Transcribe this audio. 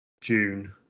June